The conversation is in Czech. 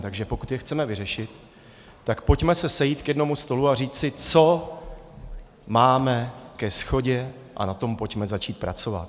Takže pokud je chceme vyřešit, tak pojďme se sejít k jednomu stolu a říci, co máme ke shodě, a na tom pojďme začít pracovat.